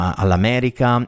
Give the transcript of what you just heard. all'America